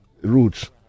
routes